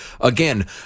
again